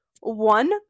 One